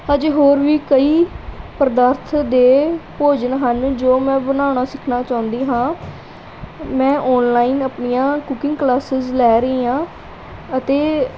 ਹਜੇ ਹੋਰ ਵੀ ਕਈ ਪਦਾਰਥ ਦੇ ਭੋਜਨ ਹਨ ਜੋ ਮੈਂ ਬਣਾਉਣਾ ਸਿੱਖਣਾ ਚਾਹੁੰਦੀ ਹਾਂ ਮੈਂ ਔਨਲਾਈਨ ਆਪਣੀਆਂ ਕੁਕਿੰਗ ਕਲਾਸਿਸ ਲੈ ਰਹੀ ਹਾਂ ਅਤੇ